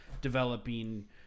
developing